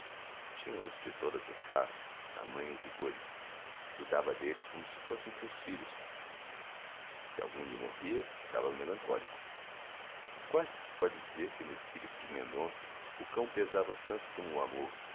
ele tinha-os de todas as raças tamanhos e cores cuidava deles como se fossem seus filhos se algum lhe morria ficava melancólico quase se pode dizer que no espírito de mendonça o cão pesava tanto como o amor